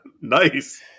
Nice